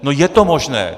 No je to možné.